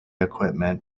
equipment